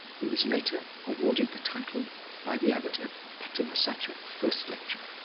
he was later awarded the title by the abbot, of pathama sacha, first lecturer.